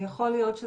יכול להיות.